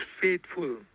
faithful